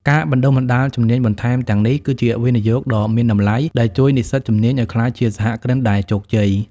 ការបណ្តុះបណ្តាលជំនាញបន្ថែមទាំងនេះ គឺជាវិនិយោគដ៏មានតម្លៃដែលជួយនិស្សិតជំនាញឱ្យក្លាយជាសហគ្រិនដែលជោគជ័យ។